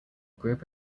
group